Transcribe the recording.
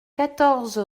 quatorze